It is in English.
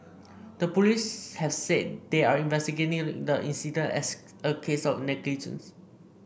the police have said they are investigating the incident as a case of negligence